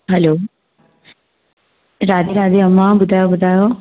hello Radhe Radhe अमा ॿुधायो ॿुधायो